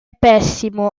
pessimo